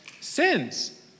sins